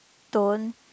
don't